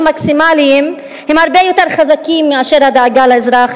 מקסימליים הם הרבה יותר חזקים מאשר הדאגה לאזרח,